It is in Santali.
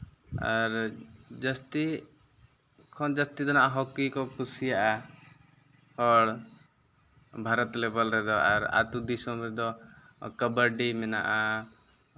ᱟᱨ ᱡᱟᱹᱥᱛᱤ ᱠᱷᱚᱱ ᱡᱟᱹᱥᱛᱤ ᱫᱚ ᱦᱟᱸᱜ ᱦᱚᱸᱠᱤ ᱠᱚ ᱠᱩᱥᱤᱭᱟᱜᱼᱟ ᱦᱚᱲ ᱵᱷᱟᱨᱚᱛ ᱞᱮᱵᱮᱞ ᱨᱮᱫᱚ ᱟᱨ ᱟᱛᱳ ᱫᱤᱥᱚᱢ ᱨᱮᱫᱚ ᱠᱟᱵᱟᱰᱤ ᱢᱮᱱᱟᱜᱼᱟ